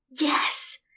Yes